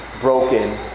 broken